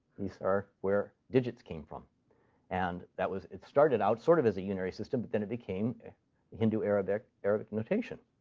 these are where digits came from and that was it started out sort of as a yeah unary system, but then it became hindu arabic arabic notation.